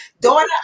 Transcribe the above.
daughter